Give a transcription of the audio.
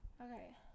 Okay